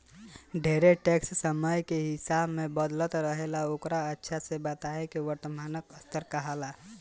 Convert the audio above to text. ढेरे टैक्स समय के हिसाब से बदलत रहेला ओकरे अच्छा से बताए के वर्णात्मक स्तर कहाला